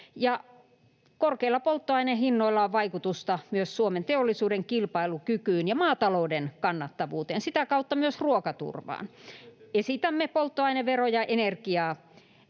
Korkeilla polttoainehinnoilla on vaikutusta myös Suomen teollisuuden kilpailukykyyn ja maatalouden kannattavuuteen ja sitä kautta myös ruokaturvaan. Esitämme polttoaineveron ja energiaveron